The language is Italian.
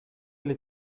alle